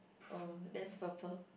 uh that's purple